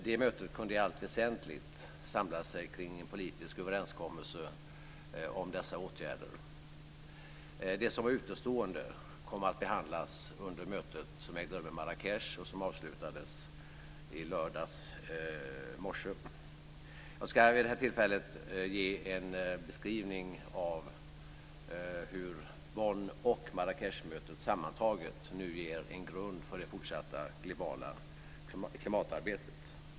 Det mötet kunde i allt väsentligt samla sig kring en politisk överenskommelse om dessa åtgärder. Det som var utestående kom att behandlas under mötet som ägde rum i Marrakech och som avslutades i lördags morse. Jag ska vid det här tillfället ge en beskrivning av hur Bonn och Marrakechmötet sammantaget nu ger en grund för det fortsatta globala klimatarbetet.